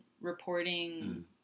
reporting